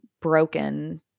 broken